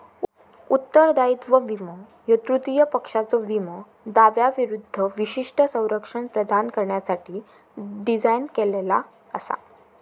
उत्तरदायित्व विमो ह्यो तृतीय पक्षाच्यो विमो दाव्यांविरूद्ध विशिष्ट संरक्षण प्रदान करण्यासाठी डिझाइन केलेला असा